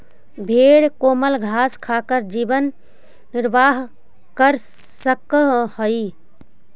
भेंड कोमल घास खाकर जीवन निर्वाह कर सकअ हई